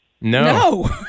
No